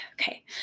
Okay